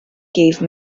gave